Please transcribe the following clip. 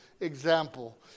example